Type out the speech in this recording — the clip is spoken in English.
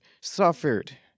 suffered